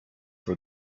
for